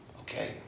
okay